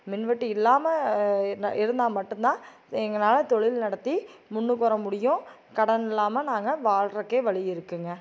மின் வெட்டு இல்லாமல் இருந்தால் மட்டும்தான் எங்களால் தொழில் நடத்தி முன்னுக்கு வர முடியும் கடன் இல்லாமல் நாங்கள் வாழ்ட்துரக்கே வழி இருக்குதுங்க